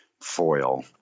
Foil